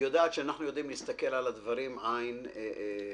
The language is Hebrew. ויודעת שאנחנו יודעים להסתכל על הדברים עין בעין.